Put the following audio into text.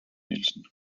nielsen